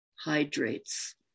hydrates